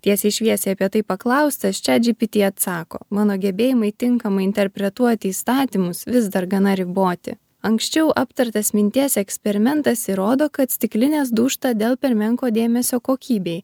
tiesiai šviesiai apie tai paklaustas chat gpt atsako mano gebėjimai tinkamai interpretuoti įstatymus vis dar gana riboti anksčiau aptartas minties eksperimentas įrodo kad stiklinės dūžta dėl per menko dėmesio kokybei